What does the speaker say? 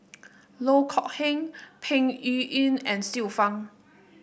Loh Kok Heng Peng Yuyun and Xiu Fang